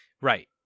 right